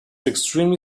extremely